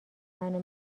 منو